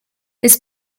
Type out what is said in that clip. his